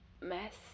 mess